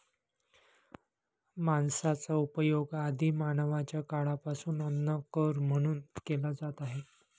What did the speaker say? मांसाचा उपयोग आदि मानवाच्या काळापासून अन्न म्हणून केला जात आहे